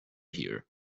here